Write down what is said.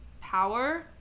power